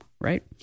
right